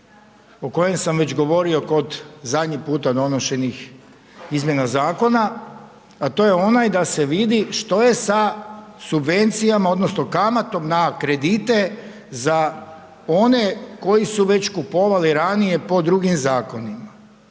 o kojem sam već govorio kod zadnjih puta donošenih izmjena zakona, a to je onaj da se vidi što je sa subvencijama, odnosno, kamatom na kredite za one koji su već kupovali ranije, po drugim zakonima